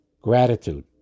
gratitude